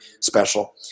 special